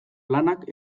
lanak